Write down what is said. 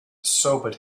sobered